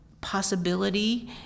possibility